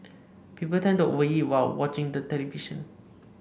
people tend to over eat while watching the television